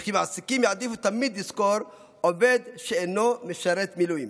וכי מעסיקים יעדיפו תמיד לשכור עובד שאינו משרת במילואים.